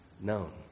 known